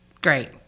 great